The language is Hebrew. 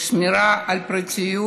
המופקדת על שמירה על פרטיות